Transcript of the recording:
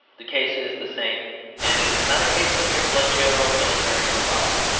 the case is the same and it is not a case of mere bloodshed or military bravado.